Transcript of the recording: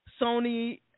Sony